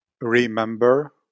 remember